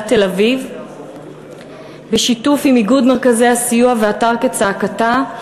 תל-אביב בשיתוף עם איגוד מרכזי הסיוע ואתר "כצעקתה",